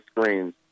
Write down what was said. screens